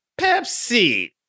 Pepsi